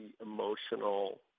emotional